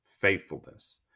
faithfulness